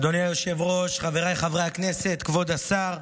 אדוני היושב-ראש, חבריי חברי הכנסת, כבוד השר,